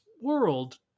world